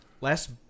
last